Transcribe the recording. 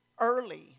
early